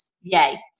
Yay